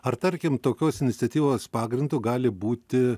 ar tarkim tokios iniciatyvos pagrindu gali būti